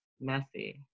messy